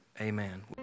Amen